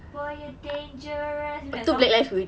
for your danger and something